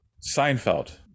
Seinfeld